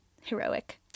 Heroic